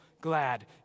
glad